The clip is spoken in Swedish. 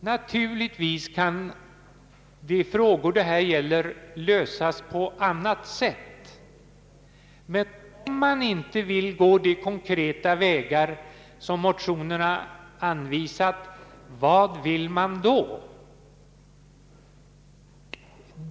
Naturligtvis kan de frågor det här gäller lösas på annat sätt, men om man inte vill gå de konkreta vägar som motionerna anvisat, vad vill man då?